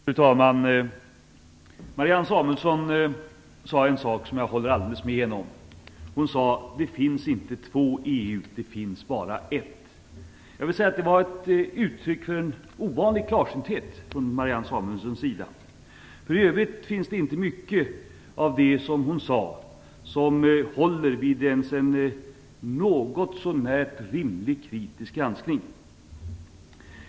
Fru talman! Marianne Samuelsson sade en sak som jag håller alldeles med om. Hon sade: Det finns inte två EU. Det finns bara ett. Det var uttryck för en ovanlig klarsynthet från Marianne Samuelssons sida. I övrigt är det inte mycket av det hon sade som håller ens vid en något så när rimlig kritisk granskning.